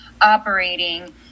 operating